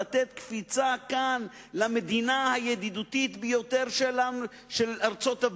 לתת קפיצה כאן למדינה הידידותית ביותר של ארצות-הברית,